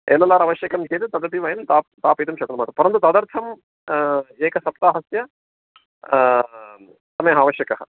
L L R आवश्यकं चेत् तदपि वयं ता दापयितुं शक्नुमः परन्तु तदर्थम् एकसप्ताहस्य समयः म आवश्यकः